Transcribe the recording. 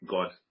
God